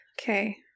Okay